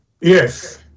Yes